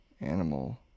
Animal